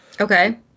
Okay